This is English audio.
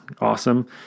awesome